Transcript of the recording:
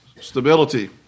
stability